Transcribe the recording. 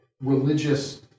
religious